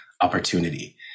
opportunity